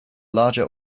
larger